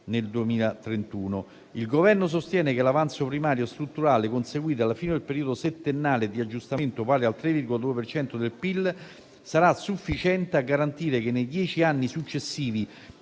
nel 2031. Il Governo sostiene che l'avanzo primario strutturale conseguito alla fine del periodo settennale di aggiustamento, pari al 3,2 per cento del PIL, sarà sufficiente a garantire che, nei dieci anni successivi